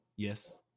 Yes